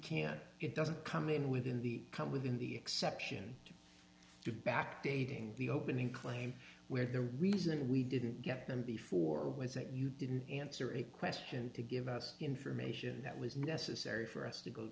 it doesn't come in within the come within the exception to do backdating the opening claim where the reason we didn't get them before was that you didn't answer a question to give us the information that was necessary for us to go